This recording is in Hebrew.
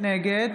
נגד